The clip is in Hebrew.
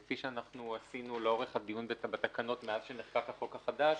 כפי שעשינו לאורך הדיון בתקנות מאז שנחקק החוק החדש,